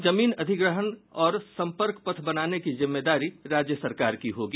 जमीन अधिग्रहण और सम्पर्क पथ बनाने की जिम्मेदारी राज्य सरकार की होगी